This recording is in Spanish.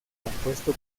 compuesto